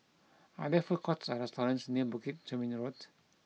are there food courts or restaurants near Bukit Chermin Road